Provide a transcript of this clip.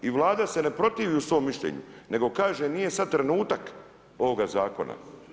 I Vlada se ne protivi u svom mišljenju, nego kaže nije sad trenutak ovoga Zakona.